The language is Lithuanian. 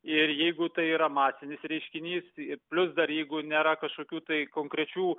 ir jeigu tai yra masinis reiškinys ir plius dar jeigu nėra kažkokių tai konkrečių